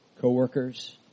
coworkers